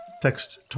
Text